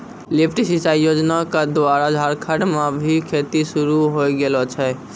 lift सिंचाई योजना क द्वारा झारखंड म भी खेती शुरू होय गेलो छै